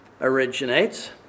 originates